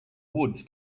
woods